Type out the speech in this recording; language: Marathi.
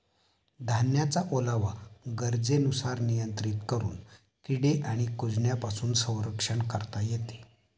धान्याचा ओलावा गरजेनुसार नियंत्रित करून किडे आणि कुजण्यापासून संरक्षण करता येते